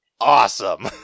awesome